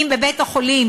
אם בבית-החולים